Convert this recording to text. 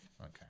Okay